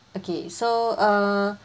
okay so uh